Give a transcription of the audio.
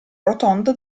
rotondo